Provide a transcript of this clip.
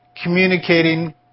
communicating